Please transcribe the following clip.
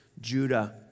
Judah